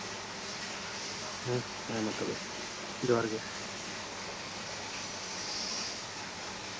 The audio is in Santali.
ᱦᱮᱸ ᱦᱮᱸᱢᱟ ᱛᱚᱵᱮ ᱡᱚᱦᱟᱨᱜᱮ